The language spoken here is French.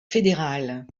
fédéral